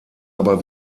aber